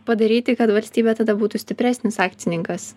padaryti kad valstybė tada būtų stipresnis akcininkas